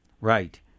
Right